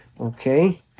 Okay